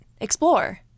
explore